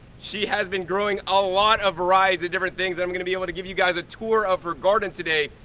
she has been growing a lot of varieties of different things that i'm gonna be able to give you guys a tour of her garden today,